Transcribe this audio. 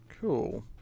cool